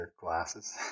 glasses